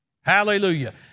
Hallelujah